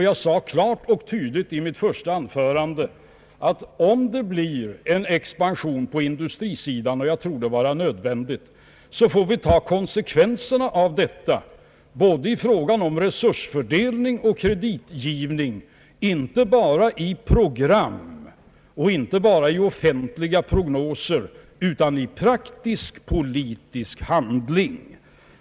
Jag sade klart och tydligt i mitt första anförande att om det blir en expansion på industrisidan — vilket jag tror är nödvändigt — får vi ta konsekvenser na av detta i fråga om både resursfördelning och kreditgivning — inte bara i program och i offentliga prognoser, utan i praktisk politisk handling.